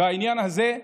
בעניין הזה: